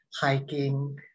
hiking